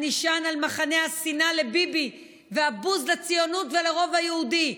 הנשען על מחנה השנאה לביבי והבוז לציונות ולרוב היהודי.